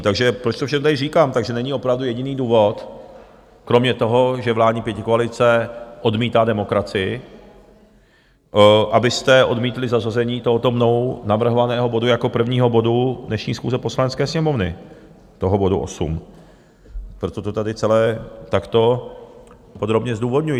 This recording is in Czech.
Takže proč to všechno tady říkám: není opravdu jediný důvod kromě toho, že vládní pětikoalice odmítá demokracii, abyste odmítli zařazení tohoto mnou navrhovaného bodu jako prvního bodu dnešní schůze Poslanecké sněmovny, toho bodu 8, proto to tady celé takto podrobně zdůvodňuji.